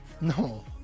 No